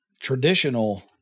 traditional